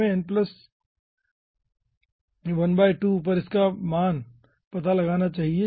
हमें n ½ पर इनके मान का पता लगाना चाहिए